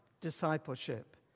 discipleship